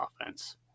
offense